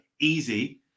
easy